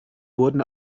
wurden